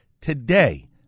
today